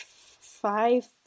Five